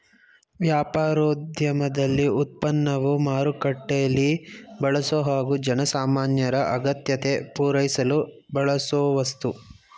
ವ್ಯಾಪಾರೋದ್ಯಮದಲ್ಲಿ ಉತ್ಪನ್ನವು ಮಾರುಕಟ್ಟೆಲೀ ಬಳಸೊ ಹಾಗು ಜನಸಾಮಾನ್ಯರ ಅಗತ್ಯತೆ ಪೂರೈಸಲು ಬಳಸೋವಸ್ತು